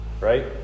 right